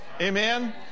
Amen